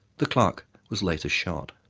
the clerk was later shot.